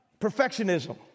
perfectionism